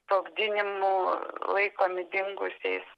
sprogdinimų laikomi dingusiais